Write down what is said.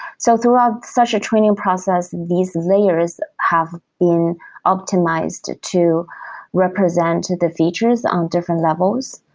so throughout such a training process, these layers have been optimized to to represent the features on different levels.